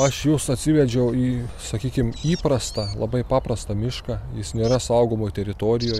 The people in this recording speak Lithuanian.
aš jus atsivedžiau į sakykim įprastą labai paprastą mišką jis nėra saugomoj teritorijoj